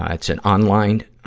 ah it's an online, ah,